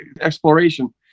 exploration